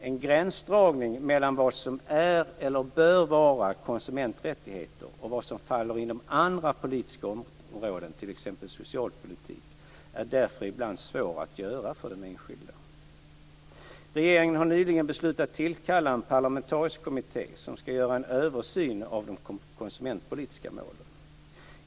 En gränsdragning mellan vad som är eller bör vara konsumenträttigheter och vad som faller inom andra politiska områden, t.ex. socialpolitik, är därför ibland svår att göra för den enskilde. Regeringen har nyligen beslutat tillkalla en parlamentarisk kommitté som skall göra en översyn av de konsumentpolitiska målen.